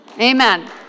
Amen